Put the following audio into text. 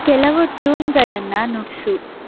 ಕೆಲವು ಟ್ಯೂನ್ಗಳನ್ನು ನುಡಿಸು